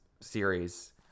series